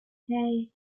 hey